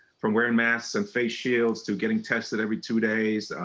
from wearing masks and face shields to getting tested every two days.